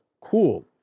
cool